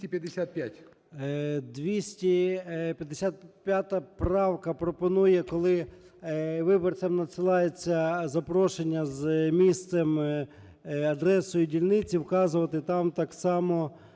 255 правка пропонує, коли виборцям запрошення з місцем (адресою) дільниці, вказувати там так само,